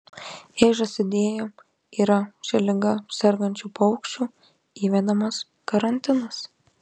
jei žąsidėje yra šia liga sergančių paukščių įvedamas karantinas